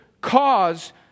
cause